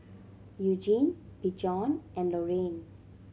Eugene Bjorn and Loriann